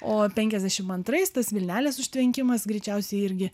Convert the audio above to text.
o penkiasdešimt antrais tas vilnelės užtvenkimas greičiausiai irgi